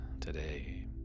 today